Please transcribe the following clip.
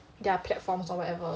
their platforms or whatever